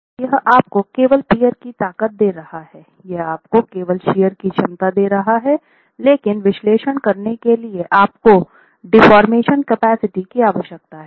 अब यह आपको केवल पीअर की ताकत दे रहा है यह आपको केवल शियर की क्षमता दे रहा है लेकिन विश्लेषण करने के लिए आपको डेफोर्मेशन कैपेसिटी की आवश्यकता है